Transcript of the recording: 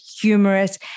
humorous